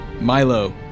Milo